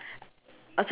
open door right